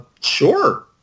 Sure